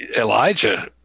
Elijah